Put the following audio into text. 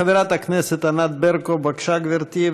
חברת הכנסת ענת ברקו, בבקשה, גברתי.